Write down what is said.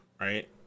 right